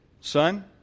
son